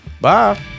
Bye